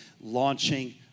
launching